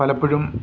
പലപ്പോഴും